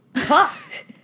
talked